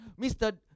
Mr